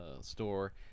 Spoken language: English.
store